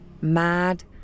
mad